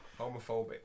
Homophobic